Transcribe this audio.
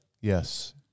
Yes